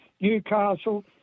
Newcastle